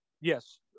yes